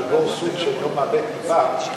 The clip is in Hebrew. שהוא בור סוד שאינו מאבד טיפה,